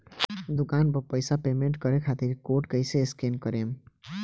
दूकान पर पैसा पेमेंट करे खातिर कोड कैसे स्कैन करेम?